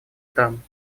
там